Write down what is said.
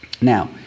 Now